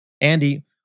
Andy